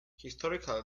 historically